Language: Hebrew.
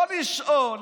לא לשאול